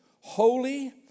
holy